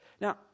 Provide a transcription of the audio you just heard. Now